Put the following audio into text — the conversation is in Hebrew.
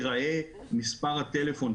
ייראה מספר הטלפון,